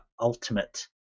Ultimate